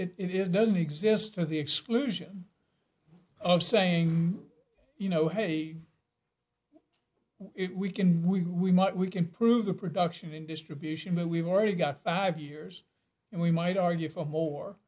it is doesn't exist to the exclusion of saying you know hey if we can we we might we can prove the production in distribution that we've already got have years and we might argue for more